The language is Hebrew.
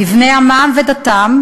בבני עמם ודתם,